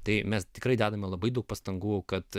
tai mes tikrai dedame labai daug pastangų kad